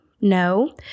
No